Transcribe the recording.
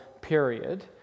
period